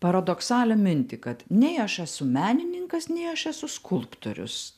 paradoksalią mintį kad nei aš esu menininkas nei aš esu skulptorius